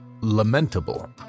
lamentable